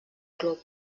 club